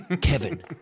Kevin